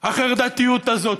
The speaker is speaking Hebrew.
החרדתיות הזאת.